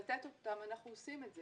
לתת אותן, אנחנו עושים את זה,